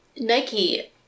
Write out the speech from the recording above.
Nike